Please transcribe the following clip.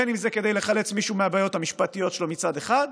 בין אם זה כדי לחלץ מישהו מהבעיות המשפטיות שלו מצד אחד,